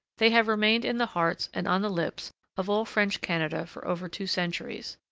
they have remained in the hearts and on the lips of all french canada for over two centuries.